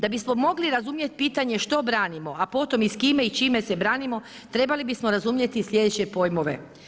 Da bismo mogli razumjeti pitanje što branimo a potom i s kime i s čime se branimo trebali bismo razumjeti sljedeće pojmove.